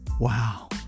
Wow